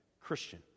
Christian